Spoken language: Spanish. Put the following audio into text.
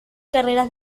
carreras